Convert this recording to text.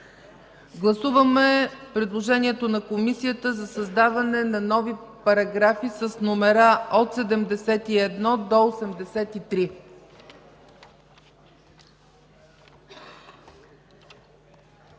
Гласуваме предложението на Комисията за създаване на нови параграфи с номера 84 до 88,